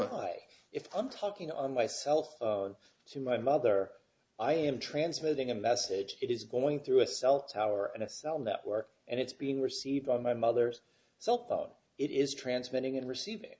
a high if i'm talking on myself to my mother i am transmitting a message it is going through a cell tower in a cell network and it's being received on my mother's cell phone it is transmitting and receiving